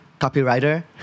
copywriter